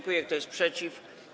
Kto jest przeciw?